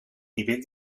nivell